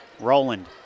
Roland